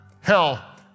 hell